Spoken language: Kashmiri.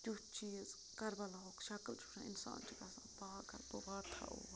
تیُتھ چیٖز کَربَلاہُک شکٕل چھُ وٕچھان اِنسان چھُ گژھان پاگل بہٕ واتہٕ ہہ اور